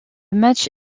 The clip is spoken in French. match